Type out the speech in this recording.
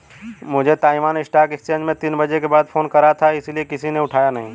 तुमने Taiwan stock exchange में तीन बजे के बाद फोन करा था इसीलिए किसी ने उठाया नहीं